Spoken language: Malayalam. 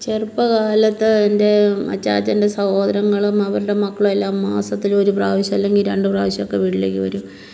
ചെറുപ്പകാലത്ത് എൻ്റെ അച്ചാച്ചൻ്റെ സഹോദരളും അവരുടെ മക്കളുമെല്ലാം മാസത്തിൽ ഒരു പ്രാവശ്യം അല്ലെങ്കിൽ രണ്ട് പ്രാവശ്യമൊക്കെ വീട്ടിലേക്ക് വരും